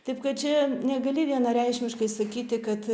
taip kad čia negali vienareikšmiškai sakyti kad